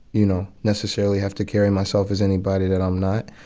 you know, necessarily have to carry myself as anybody that i'm not.